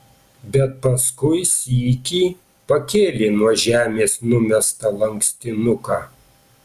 bet paskui sykį pakėlė nuo žemės numestą lankstinuką